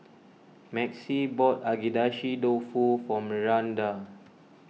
Maxie bought Agedashi Dofu for Miranda